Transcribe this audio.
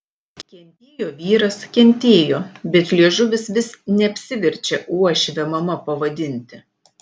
kentėjo vyras kentėjo bet liežuvis vis neapsiverčia uošvę mama pavadinti